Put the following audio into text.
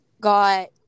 got